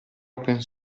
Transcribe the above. open